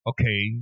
Okay